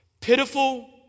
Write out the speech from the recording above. pitiful